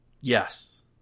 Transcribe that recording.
Yes